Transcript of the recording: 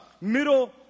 middle